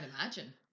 imagine